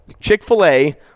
Chick-fil-A